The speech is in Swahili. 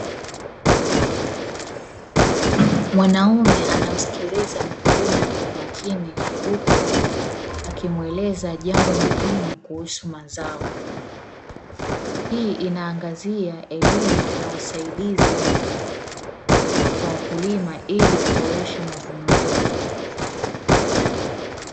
Mwanaume anamsikiliza mkulima kwa umakini, huku akimueleza jambo muhimu kuhusu mazao, hii inaangazia elimu na usaidizi kwa wakulima ili kuboresha mavuno yao.